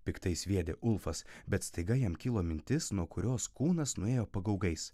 piktai sviedė ulfas bet staiga jam kilo mintis nuo kurios kūnas nuėjo pagaugais